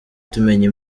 tumenya